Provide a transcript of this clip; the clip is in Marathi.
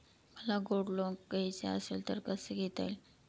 मला गोल्ड लोन घ्यायचे असेल तर कसे घेता येईल?